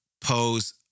pose